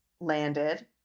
landed